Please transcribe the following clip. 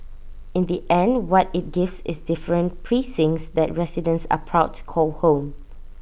in the end what IT gives is different precincts that residents are proud to call home